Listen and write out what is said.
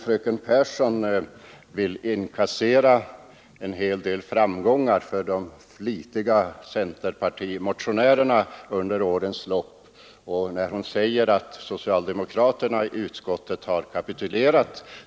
Fröken Pehrsson vill med detta inkassera en framgång för alla flitiga centermotionärer under årens lopp och säger att socialdemokraterna i utskottet nu har kapitulerat.